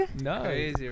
No